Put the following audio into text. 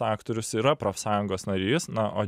aktorius yra profsąjungos narys na o